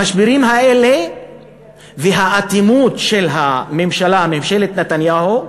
המשברים האלה והאטימות של הממשלה, ממשלת נתניהו,